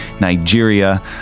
Nigeria